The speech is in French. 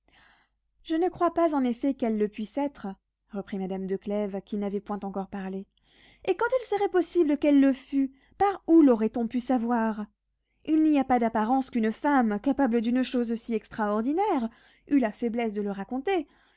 je ne crois pas en effet qu'elle le puisse être reprit madame de clèves qui n'avait point encore parlé et quand il serait possible qu'elle le fût par où laurait on pu savoir il n'y a pas d'apparence qu'une femme capable d'une chose si extraordinaire eût la faiblesse de la raconter